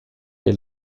est